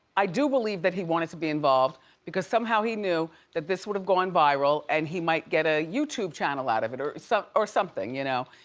i do believe that he wanted to be involved because somehow he knew that this would have gone viral and he might get a youtube channel out of it or so or something, you know,